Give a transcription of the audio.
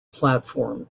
platform